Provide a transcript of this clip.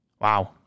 Wow